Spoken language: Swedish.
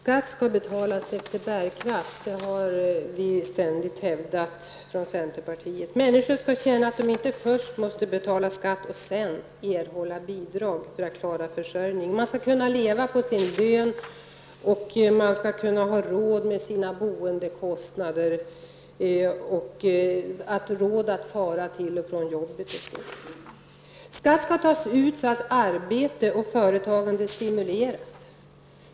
Herr talman! Vi i centern har ständigt hävdat att skatt skall betalas efter bärkraft. Människor skall inte behöva känna att de först skall betala skatt och sedan erhålla bidrag för att klara sin försörjning. Man skall kunna leva på sin lön, ha råd att betala sina boendekostnader och ha råd att åka till och från jobbet. Skatt skall tas ut så att arbete och företagande stimuleras.